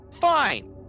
Fine